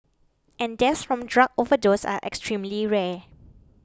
and deaths from drug overdose are extremely rare